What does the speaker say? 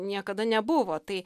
niekada nebuvo tai